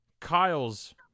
Kyle's